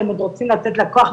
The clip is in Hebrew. אתם עוד רוצים לתת לה כוח?